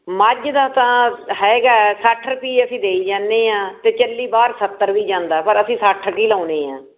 ਮੱਝ ਦਾ ਤਾਂ ਹੈਗਾ ਸੱਠ ਰੁਪਈਏ ਅਸੀਂ ਦੇਈ ਜਾਂਦੇ ਆ ਅਤੇ ਚੱਲੀ ਬਾਹਰ ਸੱਤਰ ਵੀ ਜਾਂਦਾ ਪਰ ਅਸੀਂ ਸੱਠ ਹੀ ਲਾਉਂਦੇ ਹਾਂ